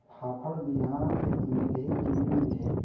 फाफण बिहान मिलही की नी मिलही?